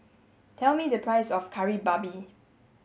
tell me the price of Kari Babi